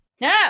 No